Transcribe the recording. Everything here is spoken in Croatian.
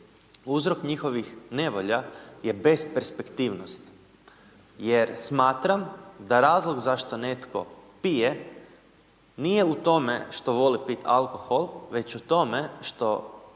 uzrok njihovih nevolja je besperspektivnost jer smatram da razlog zašto netko pije nije u tome što voli piti alkohol, već o tome što